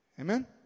Amen